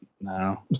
No